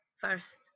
first